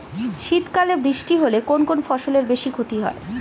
শীত কালে বৃষ্টি হলে কোন কোন ফসলের বেশি ক্ষতি হয়?